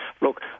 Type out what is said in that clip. Look